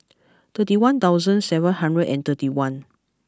thirty one thousand seven hundred and thirty one